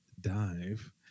dive